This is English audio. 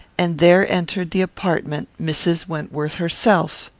and there entered the apartment mrs. wentworth herself!